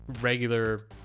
regular